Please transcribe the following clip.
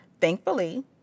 Thankfully